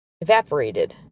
evaporated